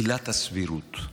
עילת הסבירות,